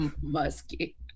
Musky